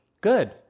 Good